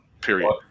period